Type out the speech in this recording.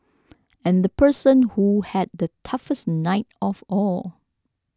and the person who had the toughest night of all